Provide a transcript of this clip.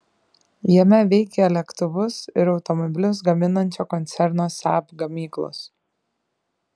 jame veikia lėktuvus ir automobilius gaminančio koncerno saab gamyklos